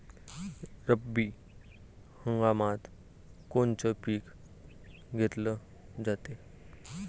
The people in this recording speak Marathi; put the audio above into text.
रब्बी हंगामात कोनचं पिक घेतलं जाते?